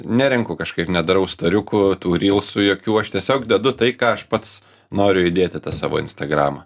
nerenku kažkaip nedarau storiukų tų rylsų jokių aš tiesiog dedu tai ką aš pats noriu įdėti į tą savo instagramą